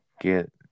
get